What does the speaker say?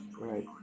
Right